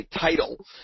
title